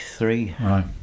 right